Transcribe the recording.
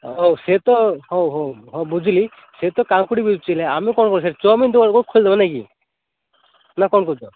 ହଉ ସିଏ ତ ହଉ ହଉ ହଉ ବୁଝିଲି ସେଏ ତ କାକୁଡ଼ି ବିକୁଛି ଆମେ କ'ଣ କର୍ବା ଚାଁଓମିନ୍ ଦୁକାନ୍ ଖୁଲିଦେବା ନାଇଁ କି ନା କ'ଣ କହୁଛ